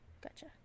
Gotcha